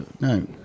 No